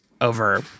over